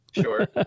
Sure